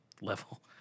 level –